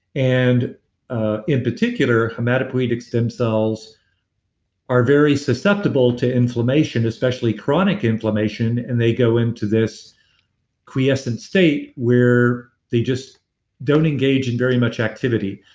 and ah in particular, hematopoietic stem cells are very susceptible to inflammation, especially chronic inflammation and they go into this quiescent state where they just don't engage in very much activity.